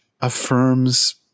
affirms